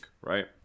right